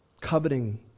Coveting